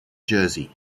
jersey